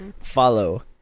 Follow